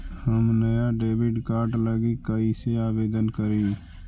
हम नया debit card लागी कईसे आवेदन करी?